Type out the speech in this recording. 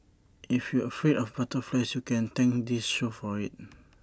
if you're afraid of butterflies you can thank this show for IT